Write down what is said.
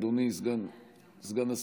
אדוני סגן השר,